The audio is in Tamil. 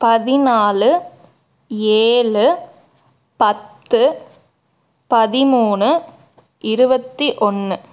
பதினாலு ஏழு பத்து பதிமூணு இருபத்தி ஒன்று